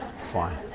fine